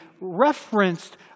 referenced